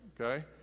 okay